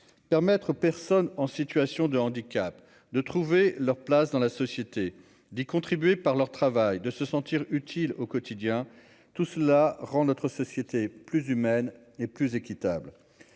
permettre aux personnes en situation de handicap de trouver leur place dans la société d'contribuer par leur travail, de se sentir utile au quotidien, tout cela rend notre société plus humaine et plus équitable,